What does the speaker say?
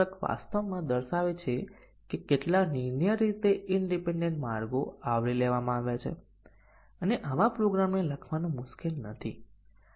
બીજા શબ્દોમાં 3 અને સાત એ બેઝીક કન્ડીશન નું સ્વતંત્ર મૂલ્યાંકન કરશે